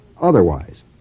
otherwise